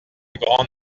grand